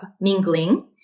mingling